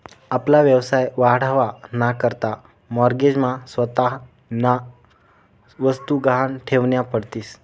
आपला व्यवसाय वाढावा ना करता माॅरगेज मा स्वतःन्या वस्तु गहाण ठेवन्या पडतीस